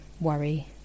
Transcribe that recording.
worry